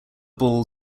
ball